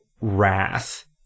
Wrath